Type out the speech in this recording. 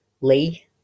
Lee